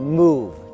move